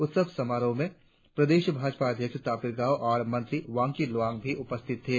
उत्सव समारोह में प्रदेश भाजपा अध्यक्ष तापिर गाव और मंत्री वांकी लोवांग भी उपस्थित थे